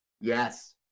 Yes